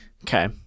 okay